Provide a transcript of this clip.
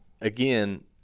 again